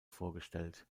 vorgestellt